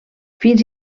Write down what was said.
fins